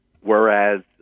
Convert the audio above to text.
whereas